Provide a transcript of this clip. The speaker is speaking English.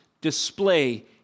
display